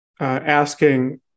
asking